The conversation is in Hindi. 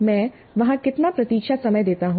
मैं वहां कितना प्रतीक्षा समय देता हूं